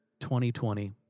2020